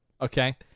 Okay